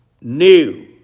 new